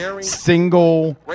single